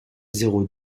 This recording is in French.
zéro